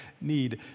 need